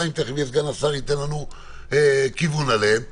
וסגן השר ייתן לנו כיוון מה הן כוללות.